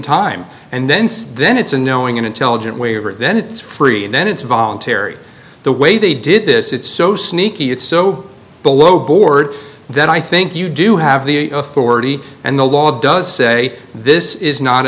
time and then then it's a knowing and intelligent waiver then it's free and then it's voluntary the way they did this it's so sneaky it's so below board that i think you do have the authority and the law does say this is not a